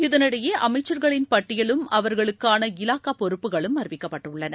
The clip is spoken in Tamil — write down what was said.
இதனிடையே அமைச்சர்களின் பட்டியலும் அவர்களுக்கான இலாக்கா பொறுப்புகளும் அறிவிக்கப்பட்டுள்ளன